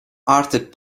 artık